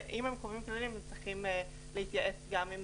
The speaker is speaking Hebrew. ואם הם קובעים כללים הם צריכים להתייעץ גם עם